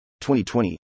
2020